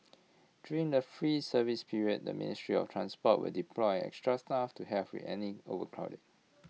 during the free service period the ministry of transport will deploy extra staff to help with any overcrowding